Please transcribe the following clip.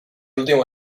último